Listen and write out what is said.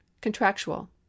contractual